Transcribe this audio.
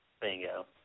Bingo